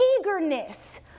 eagerness